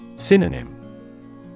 Synonym